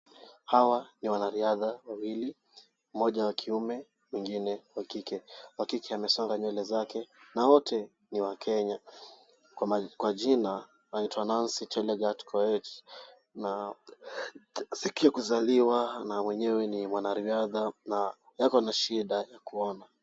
Hawa ni wanariadha wawili, mmoja wa kiume, mwingine wa kike, wa kike amesonga nywele zake na wote ni wakenya, kwa jina aitwa Nancy Chelegat Koech na siku ya kuzaliwa na wenyewe ni wanariadha na ako na shida ya kuona.